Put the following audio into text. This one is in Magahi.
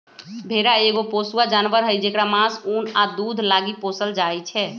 भेड़ा एगो पोसुआ जानवर हई जेकरा मास, उन आ दूध लागी पोसल जाइ छै